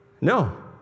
No